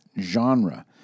genre